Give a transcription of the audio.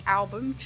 album